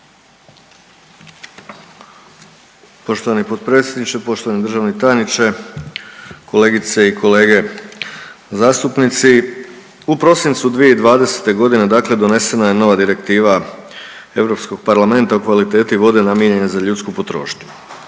Poštovani potpredsjedniče, poštovani državni tajniče, kolegice i kolege zastupnici. U prosincu 2020.g. dakle donesena je nova Direktiva Europskog parlamenta o kvaliteti vode namijenjenoj za ljudsku potrošnju.